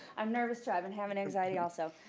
i'm nervous too. i have and have and anxiety also.